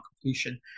completion